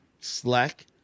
slack